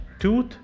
tooth